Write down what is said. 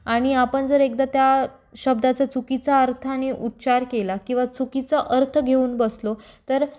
आणि आपण जर एकदा त्या शब्दाचा चुकीचा अर्थाने उच्चार केला किंवा चुकीचा अर्थ घेऊन बसलो तर